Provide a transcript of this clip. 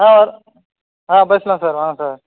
ஆ ஆ பேசலாம் சார் வாங்க சார்